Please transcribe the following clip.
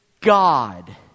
God